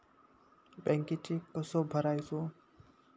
बँकेत चेक कसो भरायचो?